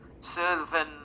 Sylvan